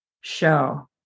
show